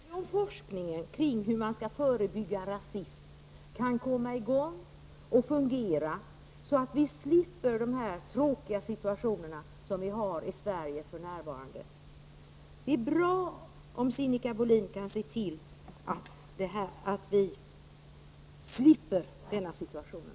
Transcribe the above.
Herr talman! Ja, Sinikka Bohlin, desto bättre om forskningen kring hur man skall förebygga rasism kan komma i gång och fungera, så att vi slipper den tråkiga situation som vi har i Sverige för närvarande. Det är alltså bra om Sinikka Bohlin kan se till att vi slipper den situationen.